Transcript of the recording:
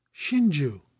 Shinju